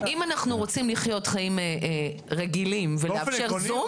אם אנחנו רוצים לחיות חיים רגילים ולאפשר זום,